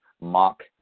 mock